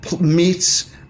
meets